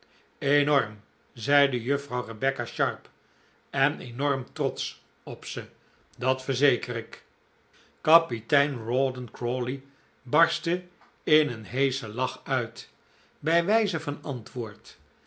enorm zeide juffrouw rebecca sharp en enorm trotsch op ze dat verzeker ik kapitein rawdon crawley barstte in een heeschen lach uit bij wijze van antwoord